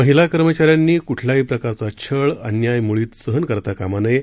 महिला कर्मचाऱ्यांनी कूठल्याही प्रकारचा छळ अन्याय मुळीच सहन करता कामा नये